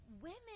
women